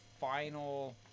final